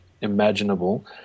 imaginable